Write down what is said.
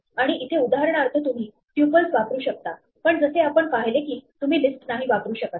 आणि इथे उदाहरणार्थ तुम्ही ट्युपल्स वापरू शकतापण जसे आपण पाहिले की तुम्ही लिस्ट नाही वापरू शकत